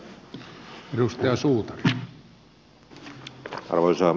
arvoisa puhemies